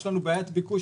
יש לנו בעיית ביקוש,